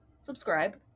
subscribe